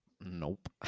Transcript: Nope